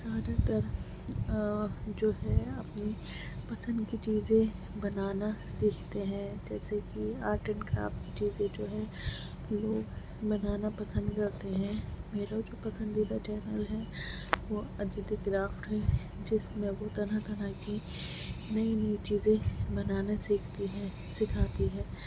زیادہ تر جو ہے اپنی پسند کی چیزیں بنانا سیکھتے ہیں جیسے کہ آرٹ اینڈ کرافٹ چیزیں جو ہیں وہ بنانا پسند کرتے ہیں میرا جو پسندیدہ چینل ہے وہ ادتیہ کرافٹ ہے جس میں وہ طرح طرح کی نئی نئی چیزیں بنانا سیکھتی ہے سیکھاتی ہے